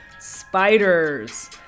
spiders